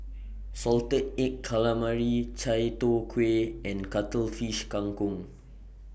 Salted Egg Calamari Chai Tow Kway and Cuttlefish Kang Kong